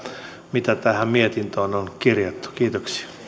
mitä tähän mietintöön on kirjattu kiitoksia